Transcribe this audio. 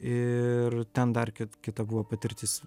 ir ten dar kit kita buvo patirtis